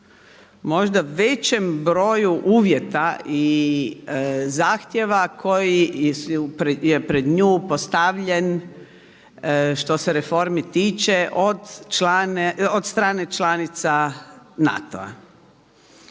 možda većem broju uvjeta i zahtjeva koji je pred nju postavljen što se reformi tiče od strane članica NATO-a.